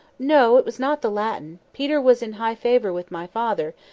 no! it was not the latin. peter was in high favour with my father,